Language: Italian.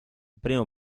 primo